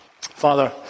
Father